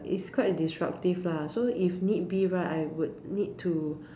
it's quite disruptive lah so if need be right I would need to